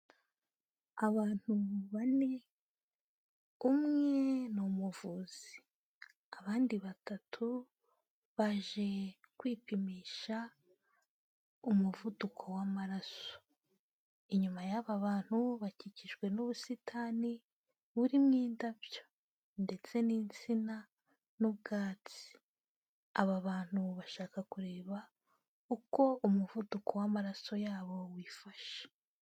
Abantu bane, umwe ni umuvuzi, abandi batatu baje kwipimisha umuvuduko w'amaraso, inyuma y'aba bantu bakikijwe n'ubusitani burimo indabyo ndetse n'insina n'ubwatsi, aba bantu bashaka kureba, uko umuvuduko w'amaraso yabo wifashe.